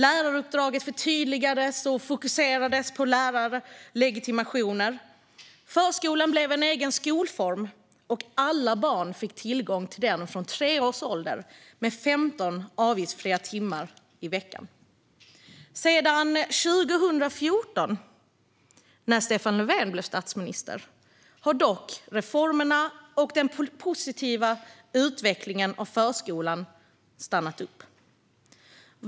Läraruppdraget förtydligades och fokuserades på lärarlegitimationer. Förskolan blev en egen skolform, och alla barn fick tillgång till den från tre års ålder med 15 avgiftsfria timmar i veckan. Men 2014, när Stefan Löfven blev statsminister, stannade reformerna och den positiva utvecklingen av förskolan upp.